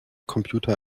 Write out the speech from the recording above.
computer